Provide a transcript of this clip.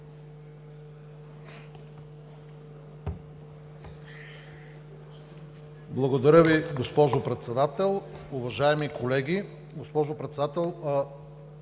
Благодаря Ви, госпожо Председател. Уважаеми колеги, госпожо Председател!